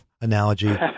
analogy